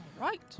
right